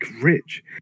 rich